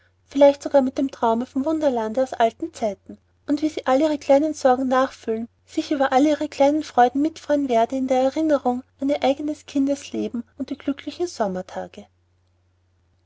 vielleicht sogar mit dem traume vom wunderlande aus alten zeiten und wie sie alle ihre kleinen sorgen nachfühlen sich über alle ihre kleinen freuden mitfreuen werde in der erinnerung an ihr eigenes kindesleben und die glücklichen sommertage